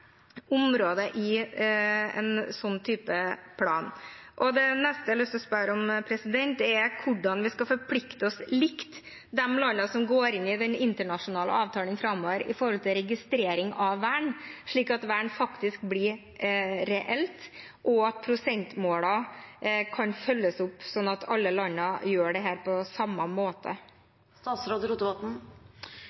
i en slik plan? Det neste jeg har lyst til å spørre om, er: Hvordan skal vi forplikte oss likt med de landene som går inn i den internasjonale avtalen framover i forhold til registrering av vern, slik at vern faktisk blir reelt, og at prosentmålene kan følges opp slik at alle landene gjør dette på samme måte?